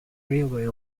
railway